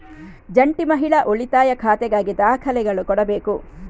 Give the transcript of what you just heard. ಜಂಟಿ ಮಹಿಳಾ ಉಳಿತಾಯ ಖಾತೆಗಾಗಿ ದಾಖಲೆಗಳು ಕೊಡಬೇಕು